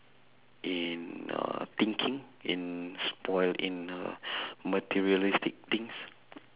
in uh thinking in spoilt in uh materialistic things